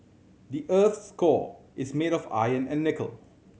the earth's core is made of iron and nickel